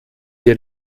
die